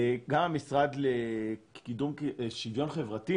גם המשרד לשוויון חברתי